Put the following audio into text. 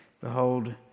Behold